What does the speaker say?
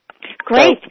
Great